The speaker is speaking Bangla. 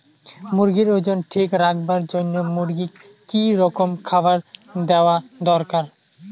মুরগির ওজন ঠিক রাখবার জইন্যে মূর্গিক কি রকম খাবার দেওয়া দরকার?